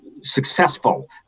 successful